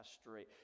straight